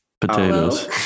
Potatoes